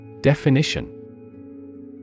Definition